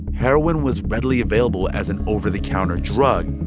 heroin was readily available as an over-the-counter drug.